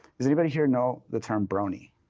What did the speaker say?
does anybody here know the term brony?